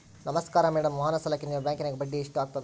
ನಮಸ್ಕಾರ ಮೇಡಂ ವಾಹನ ಸಾಲಕ್ಕೆ ನಿಮ್ಮ ಬ್ಯಾಂಕಿನ್ಯಾಗ ಬಡ್ಡಿ ಎಷ್ಟು ಆಗ್ತದ?